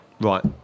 right